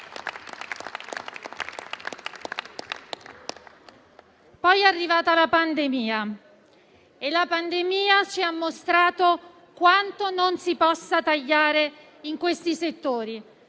Poi è arrivata la pandemia, che ci ha mostrato quanto non si possa tagliare in questi settori